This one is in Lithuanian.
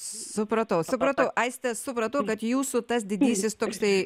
supratau supratau aiste supratau kad jūsų tas didysis toksai